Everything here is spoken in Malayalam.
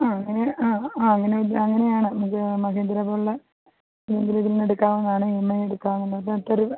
ആ അങ്ങനെ ആ ആ അങ്ങനെവ അങ്ങനെയാണ് നമുക്ക് മഹീന്ദ്ര പോലുള്ള ബാങ്കിലിരുന്ന് എടുക്കാവുന്നതാണ് ഇ എം ഐ എടുക്കാവുന്നതെത്ര രൂപ